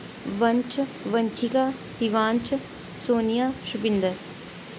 वंश वंशिका शिबांश सोनिया शुविंदर